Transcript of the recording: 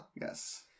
yes